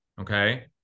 Okay